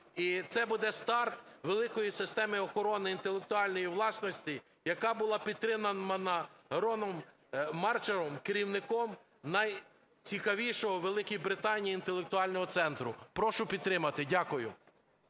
і це буде старт великої системи охорони інтелектуальної власності, яка була підтримана Роном Марчантом, керівником найцікавішого у Великій Британії інтелектуального центру. Прошу підтримати. Дякую.